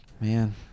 Man